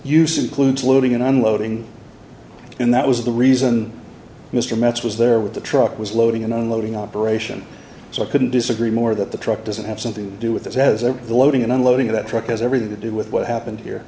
use includes loading and unloading and that was the reason mr metz was there with the truck was loading and unloading operation so i couldn't disagree more that the truck doesn't have something to do with this as a the loading and unloading of that truck has everything to do with what happened here